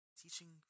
teaching